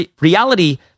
Reality